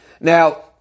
Now